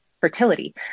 fertility